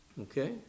Okay